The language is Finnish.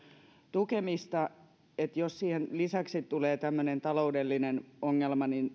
tukemista ja jos siihen lisäksi tulee tämmöinen taloudellinen ongelma